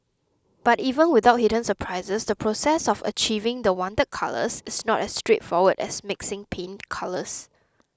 but even without hidden surprises the process of achieving the wanted colours is not as straightforward as mixing paint colours